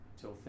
till